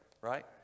Right